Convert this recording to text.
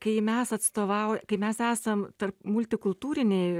kai mes atstovau kai mes esam tarp multikultūrinėj